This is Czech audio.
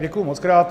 Děkuji mockrát.